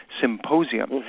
Symposium